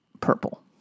purple